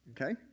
Okay